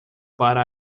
para